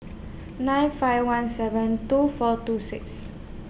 nine five one seven two four two six